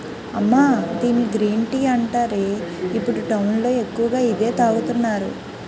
అమ్మా దీన్ని green tea అంటారే, ఇప్పుడు టౌన్ లో ఎక్కువగా ఇదే తాగుతున్నారు